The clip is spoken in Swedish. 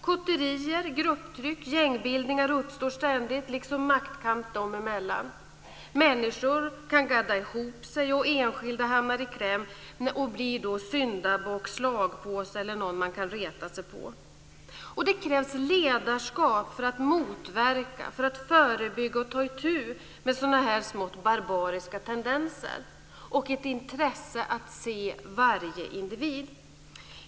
Kotterier, grupptryck, gängbildningar och maktkamp inom ramen härför uppstår ständigt. Människor kan gadda ihop sig, och enskilda hamnar i kläm och blir då syndabockar, slagpåsar eller några som man kan reta sig på. Det krävs ledarskap för att motverka, förebygga och ta itu med sådana här smått barbariska tendenser, och det krävs ett intresse för att se varje individ.